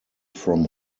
from